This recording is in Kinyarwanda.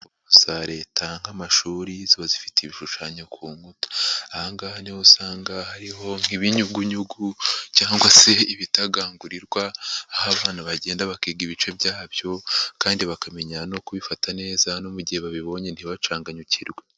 Za Leta nk'amashuri ziba zifite ibishushanyo ku nkuta, aha ngaha niho usanga hariho nk'ibinyugunyugu cyangwa se ibitagangurirwa, aho abana bagenda bakiga ibice byabyo kandi bakamenya no kubifata neza no mu gihe babibonye ntibacanganyukirwe.